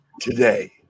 today